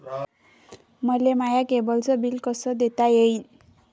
मले माया केबलचं बिल कस देता येईन?